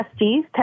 Testies